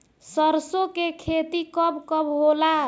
सरसों के खेती कब कब होला?